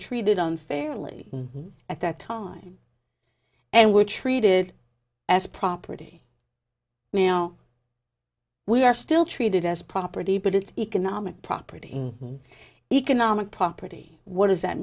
treated unfairly at that time and were treated as property now we are still treated as property but it's economic property economic property what does that